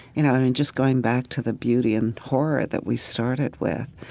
you know, i mean just going back to the beauty and horror that we started with.